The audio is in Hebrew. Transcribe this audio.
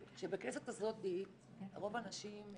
שבכנסת הזאת רוב הנשים,